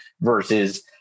versus